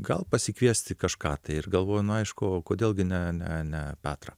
gal pasikviesti kažką tai ir galvoju na aišku kodėl gi ne ne ne petrą